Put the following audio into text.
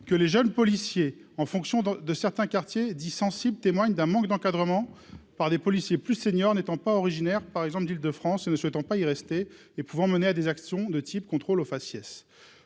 que les jeunes policiers en fonction de certains quartiers dits sensibles, témoigne d'un manque d'encadrement par des policiers plus senior n'étant pas originaire par exemple d'Île-de-France ne souhaitant pas y rester et pouvant mener à des actions de type contrôle au faciès,